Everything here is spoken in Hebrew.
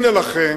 הנה לכם